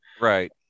right